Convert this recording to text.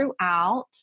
throughout